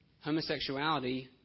homosexuality